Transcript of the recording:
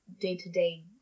day-to-day